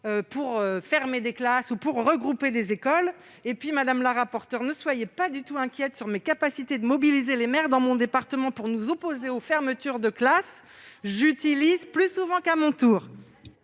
pour fermer des classes ou regrouper des écoles. Et, madame la rapporteure, ne soyez pas du tout inquiète quant à mes capacités de mobiliser les maires de mon département pour s'opposer aux fermetures de classes. Je le fais plus souvent qu'à mon tour